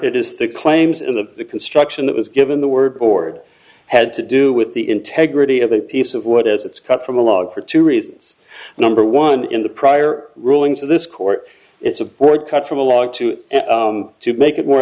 it is the claims in the construction that was given the word board had to do with the integrity of a piece of wood as it's cut from a log for two reasons number one in the prior rulings of this court it's a board cut from a log to to make it more